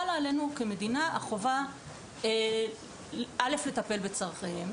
חלה עלינו החובה; ראשית - לטפל בצורכיהם,